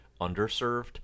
underserved